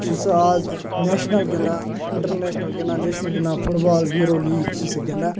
چھِ سُہ آز نیشنَل گِنٛدان اِنٹَرنیشنَل گِنٛدان نیشنَل گِنٛدان فُٹ بال ہیٖرو لیٖگ چھِ سُہ گِنٛدان